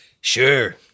Sure